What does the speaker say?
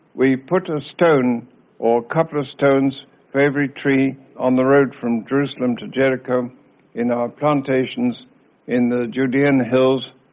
we put a stone or a couple of stones for every tree on the road from jerusalem to jericho in our plantations in the judean hills,